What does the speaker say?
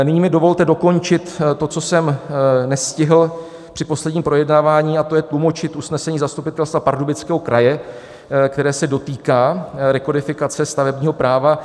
Nyní mi dovolte dokončit to, co jsem nestihl při posledním projednávání, a to je tlumočit usnesení Zastupitelstva Pardubického kraje, které se dotýká rekodifikace stavebního práva.